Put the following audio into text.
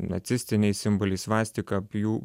nacistiniai simboliai svastika pjū